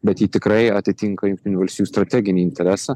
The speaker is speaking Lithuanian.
bet ji tikrai atitinka jungtinių valstijų strateginį interesą